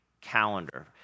calendar